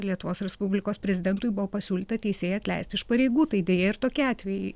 lietuvos respublikos prezidentui buvo pasiūlyta teisėją atleisti iš pareigų tai deja ir tokie atvejai